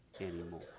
anymore